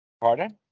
Pardon